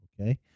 okay